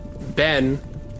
Ben